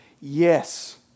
yes